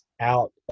out